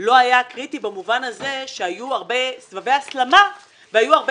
לא היה קריטי במובן הזה שהיו סבבי הסלמה והיו הרבה